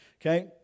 Okay